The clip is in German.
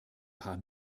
paar